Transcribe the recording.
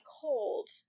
cold